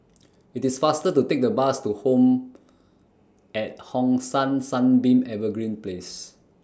IT IS faster to Take The Bus to Home At Hong San Sunbeam Evergreen Place